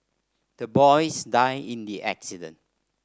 the boys died in the accident